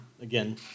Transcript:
again